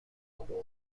rapport